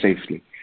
safely